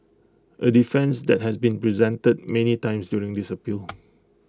A defence that has been presented many times during this appeal